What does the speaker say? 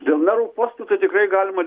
dėl merų postų tai tikrai galima